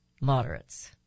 moderates